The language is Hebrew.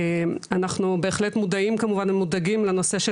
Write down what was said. אנחנו בהחלט מודעים כמובן ומודאגים לנושא של